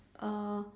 uh